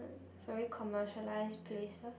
very commercialized places